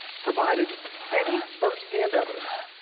provided any first-hand evidence.